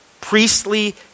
priestly